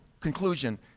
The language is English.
conclusion